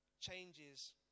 changes